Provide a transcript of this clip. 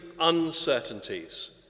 uncertainties